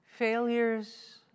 failures